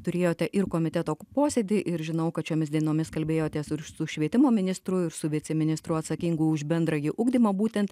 turėjote ir komiteto posėdį ir žinau kad šiomis dienomis kalbėjotės su švietimo ministru ir su viceministru atsakingu už bendrąjį ugdymą būtent